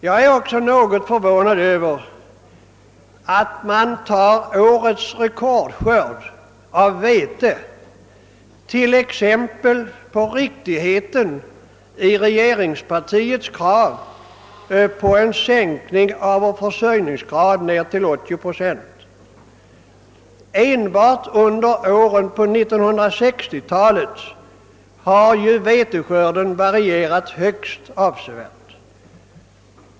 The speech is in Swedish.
Jag är också något förvånad över att man tar årets rekordskörd av vete som exempel på riktigheten av regeringspartiets krav på en sänkning av vår självförsörjningsgrad till 80 procent. Enbart under åren på 1960-talet har veteskörden varierat högst avsevärt.